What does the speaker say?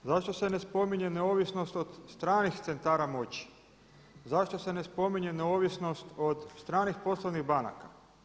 Zašto se ne spominje neovisnost od stranih centara moći, zašto se ne spominje neovisnost od stranih poslovnih banaka?